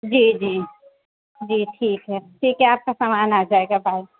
جی جی جی ٹھیک ہے ٹھیک ہے آپ کا سامان آ جائے گا بائے